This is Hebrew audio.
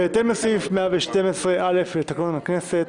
בהתאם לסעיף 112(א) לתקנון הכנסת,